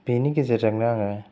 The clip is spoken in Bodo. बेनि गेजेरजोंनो आङो